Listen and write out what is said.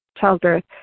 childbirth